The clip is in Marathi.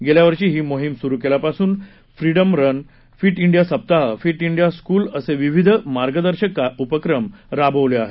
गेल्या वर्षी ही मोहीम सुरू केल्यापासून फ्रीडम रन फिट इंडिया सप्ताह फिट इंडिया स्कूल असे विविध मार्गदर्शक उपक्रम राबवले आहेत